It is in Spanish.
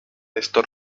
esto